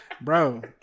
bro